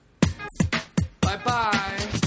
Bye-bye